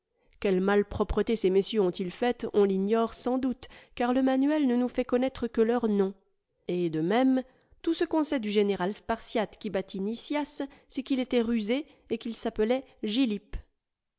quelles malpropretés ces messieurs ont-ils faites on l'ignore sans doute car le manuel ne nous fait connaître que leurs noms et de même tout ce qu'on sait du général spartiate qui battit nicias c'est qu'il était rusé et qu'il s'appelait